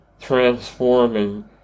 transforming